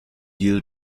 due